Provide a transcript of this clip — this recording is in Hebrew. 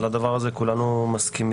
על הדבר הזה כולנו מסכימים.